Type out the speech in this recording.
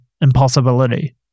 impossibility